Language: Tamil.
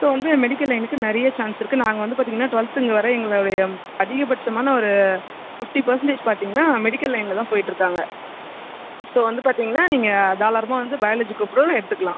ஸோ வந்து மெடிக்கல் லைனுக்கு நிறைய சான்ஸ் இருக்குது நாங்கள் வந்து பார்த்திங்கன்னா ட்வெல்த்து இன்னேவரை எங்களுடைய அதிகபட்சமான ஒரு ஃபிஃப்டி பர்சன்டேஜ் பார்த்திங்கன்னா மெடிக்கல் லைன்ல தான் போய்ட்டு இருக்காங்கள் ஸோ வந்து பார்த்திங்கன்னா நீங்கள் தாராளமாக வந்து பயாலஜி குரூப் கூட எடுத்துக்கலாம்